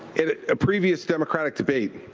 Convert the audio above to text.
in a previous democratic debate,